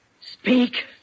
Speak